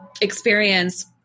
experience